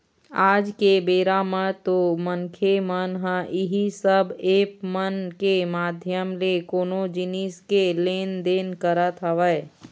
आज के बेरा म तो मनखे मन ह इही सब ऐप मन के माधियम ले कोनो जिनिस के लेन देन करत हवय